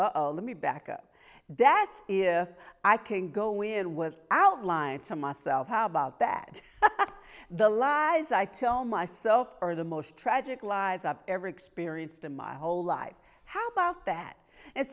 let me back up that's if i can go in was outlined to myself how about that the lies i tell myself are the most tragic lies i've ever experienced in my old life how about that and